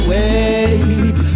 Wait